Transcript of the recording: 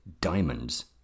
diamonds